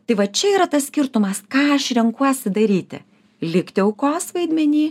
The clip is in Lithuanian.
tai va čia yra tas skirtumas ką aš renkuosi daryti likti aukos vaidmeny